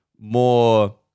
more